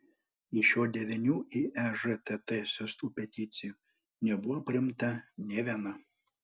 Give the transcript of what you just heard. iš jo devynių į ežtt siųstų peticijų nebuvo priimta nė viena